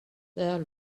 there